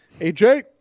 AJ